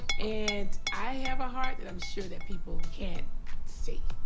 and i have a heart that i'm sure that people can't see.